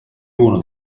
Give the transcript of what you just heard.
uno